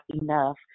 enough